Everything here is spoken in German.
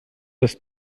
das